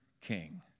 king